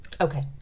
Okay